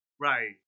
Right